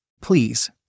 Please